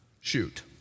shoot